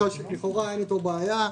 לכאורה אין איתו בעיה.